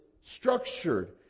structured